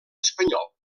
espanyol